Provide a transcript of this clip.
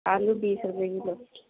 آلو بیس روپیے کلو